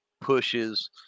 pushes